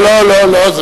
לא, לא, לא.